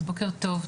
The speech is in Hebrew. אז בוקר טוב,